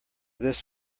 this